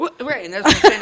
Right